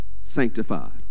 sanctified